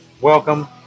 Welcome